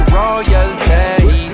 royalty